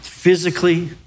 Physically